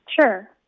Sure